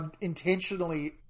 intentionally